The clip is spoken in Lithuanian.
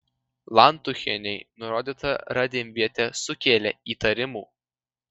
lantuchienei nurodyta radimvietė sukėlė įtarimų